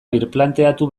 birplanteatu